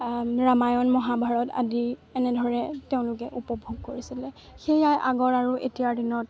ৰামায়ণ মহাভাৰত আদি এনেদৰে তেওঁলোকে উপভোগ কৰিছিলে সেয়াই আগৰ আৰু এতিয়াৰ দিনত